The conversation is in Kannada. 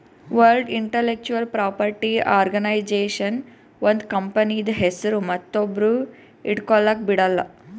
ವರ್ಲ್ಡ್ ಇಂಟಲೆಕ್ಚುವಲ್ ಪ್ರಾಪರ್ಟಿ ಆರ್ಗನೈಜೇಷನ್ ಒಂದ್ ಕಂಪನಿದು ಹೆಸ್ರು ಮತ್ತೊಬ್ರು ಇಟ್ಗೊಲಕ್ ಬಿಡಲ್ಲ